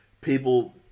people